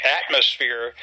atmosphere